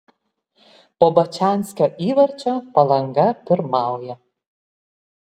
po bačanskio įvarčio palanga pirmauja